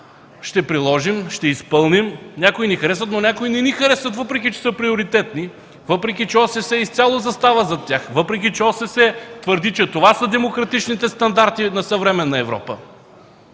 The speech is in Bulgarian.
ще приложим, ще изпълним – някои ни харесват, някои не ни харесват, въпреки че са приоритетни, въпреки че ОССЕ изцяло застава зад тях, въпреки че ОССЕ твърди, че това са демократичните стандарти на съвременна Европа,